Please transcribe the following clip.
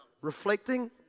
reflecting